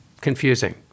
confusing